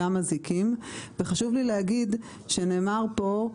גם מזיקים, וחשוב לי להגיד שנאמר פה,